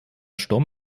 sturm